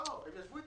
לא, הם ישבו איתם.